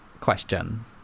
question